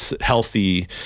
healthy